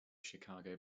chicago